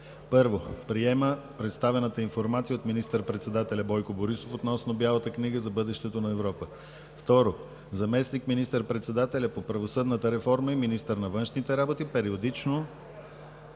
1. Приема представената информация от министър-председателя Бойко Борисов, относно Бялата книга за бъдещето на Европа. 2. Заместник министър-председателят по правосъдната реформа и министър на външните работи периодично